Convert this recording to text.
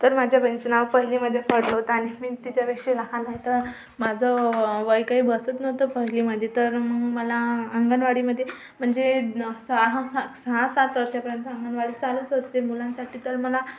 तर माझ्या बहिणीचं नाव पहिलीमध्ये पडलं होतं आणि मी तिच्यापेक्षा लहान आहे तर माझं व वय काही बसत नव्हतं पहिलीमध्ये तर मग मला अंगणवाडीमध्ये म्हणजे न सहा सात सहा सात वर्षापर्यंत अंगणवाडी चालूच असते मुलांसाठी तर मला